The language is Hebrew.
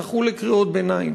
זכו לקריאות ביניים.